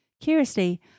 Curiously